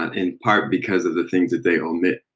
in part because of the things that they omit.